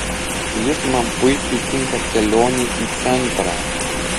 jis man puikiai tinka kelionei į centrą